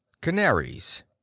Canaries